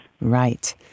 Right